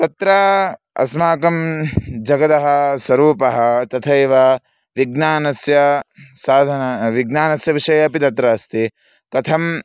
तत्र अस्माकं जगदः स्वरूपः तथैव विज्ञानस्य साधनं विज्ञानस्य विषये अपि तत्र अस्ति कथं